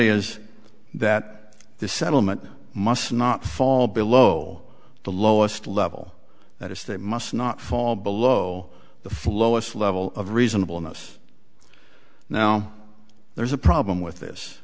is that the settlement must not fall below the lowest level that is they must not fall below the flow it's level of reasonable in us now there's a problem with